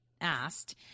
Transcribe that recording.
asked